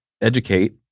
educate